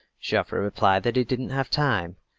joffre replied that he didn't have time.